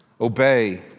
obey